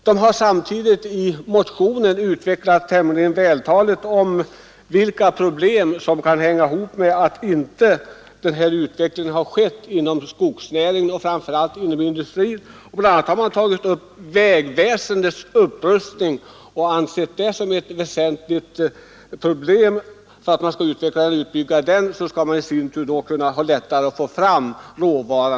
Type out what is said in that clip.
Motionärerna har också i motionen tämligen vältaligt utvecklat orsakerna till denna utveckling inom skogsnäringen och framför allt inom skogsindustrin. Bl. a. har man föreslagit en upprustning av vägnätet. Om man kan utveckla och utbygga det, har man lättare att få fram råvaran, alltså det virke som avverkas.